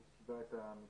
אני פה גברתי.